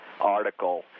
article